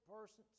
persons